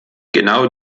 genau